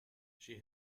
she